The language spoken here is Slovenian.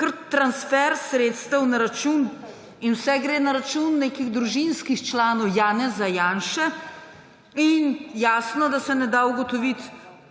transfer sredstev na račun in vse gre na račun nekih družinskih članov Janeza Janše in jasno, da se ne da ugotoviti